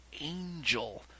angel